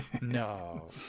No